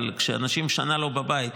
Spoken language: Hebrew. אבל כשאנשים לא בבית שנה,